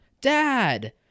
dad